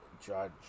Judge